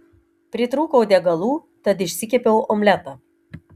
pritrūkau degalų tad išsikepiau omletą